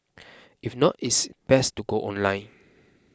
if not it is best to go online